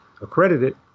accredited